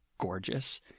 gorgeous